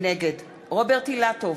נגד רוברט אילטוב,